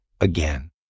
again